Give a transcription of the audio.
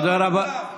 תודה רבה.